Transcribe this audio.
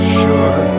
sure